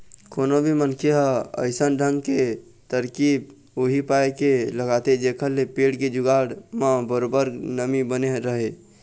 कोनो भी मनखे ह अइसन ढंग के तरकीब उही पाय के लगाथे जेखर ले पेड़ के जड़ म बरोबर नमी बने रहय